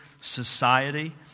society